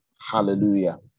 Hallelujah